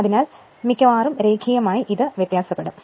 അതിനാൽ മിക്കവാറും രേഖീയമായി അത് വ്യത്യാസപ്പെടണം